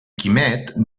quimet